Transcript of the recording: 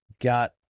got